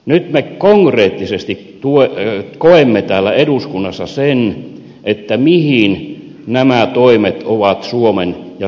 nyt me konkreettisesti koemme täällä eduskunnassa sen mihin nämä toimet ovat suomen ja suomalaiset vieneet